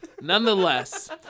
nonetheless